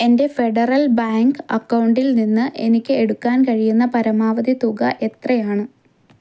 എൻ്റെ Federal Bank അക്കൗണ്ടിൽനിന്ന് എനിക്ക് എടുക്കാൻ കഴിയുന്ന പരമാവധി തുക എത്രയാണ്